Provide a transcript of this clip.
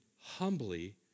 humbly